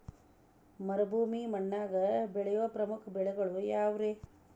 ಮರುಭೂಮಿ ಮಣ್ಣಾಗ ಬೆಳೆಯೋ ಪ್ರಮುಖ ಬೆಳೆಗಳು ಯಾವ್ರೇ?